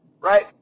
right